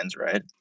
right